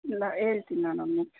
ಇಲ್ಲ ಹೇಳ್ತೀನಿ ನಾನು ಅವನಿಗೆ